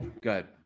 good